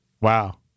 Wow